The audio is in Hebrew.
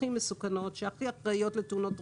הכי מסוכנות והכי אחראיות לתאונות דרכים.